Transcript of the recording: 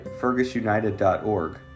fergusunited.org